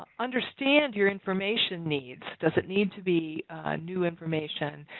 ah understand your information needs. does it need to be new information?